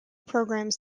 programs